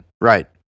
Right